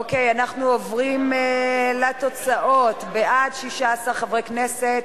אוקיי, אנחנו עוברים לתוצאות: בעד, 16 חברי כנסת,